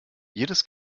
jedes